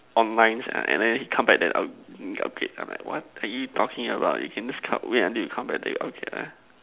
on lines and then he come back then upgrade I'm like what are you talking about you can just come wait until you come back then you upgrade lah